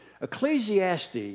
Ecclesiastes